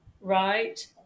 right